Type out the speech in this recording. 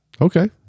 okay